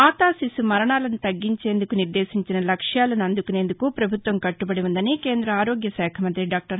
మాతాశిశు మరణాలను తగ్గించేందుకు నిర్దేశించిన లక్ష్యాలను అందుకునేందుకు ప్రభుత్వం కట్టబడి ఉందని కేంద్ర ఆరోగ్యశాఖ మంతి డాక్టర్